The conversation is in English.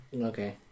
Okay